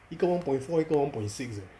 一个 one point four 一个 one point six eh